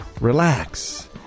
Relax